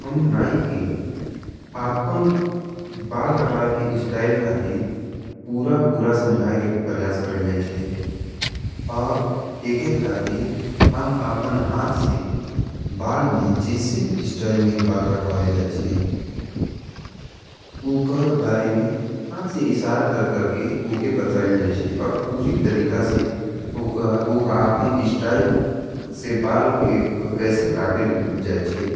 हम नाई के आपन बाल कटवाय के इस्टायल खातीर पूरा पूरा संझाय के परियास कर ले जाएँचे। और एक एक खातीर हम आपन हाथ से बाल में, जीसे इस्टायल में बाल कटवाय ले जाएँचे। उकर बारे में हाथ से इसारा कर करके उके बचा ले जाएँचे। और पूरी तरीका से उका आपन इस्टायल से बाल कैसे काटे ले जाएँचे।